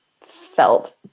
felt